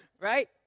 right